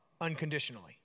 unconditionally